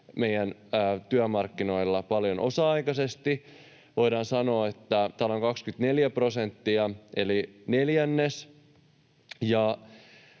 meidän työmarkkinoillamme paljon osa-aikaisesti, voidaan sanoa, että noin 24 prosenttia eli neljännes.